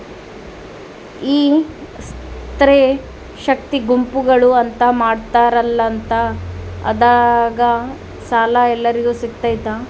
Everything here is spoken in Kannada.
ಈ ಸ್ತ್ರೇ ಶಕ್ತಿ ಗುಂಪುಗಳು ಅಂತ ಮಾಡಿರ್ತಾರಂತಲ ಅದ್ರಾಗ ಸಾಲ ಎಲ್ಲರಿಗೂ ಸಿಗತೈತಾ?